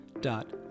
dot